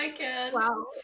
wow